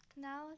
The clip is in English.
Now